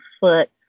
foot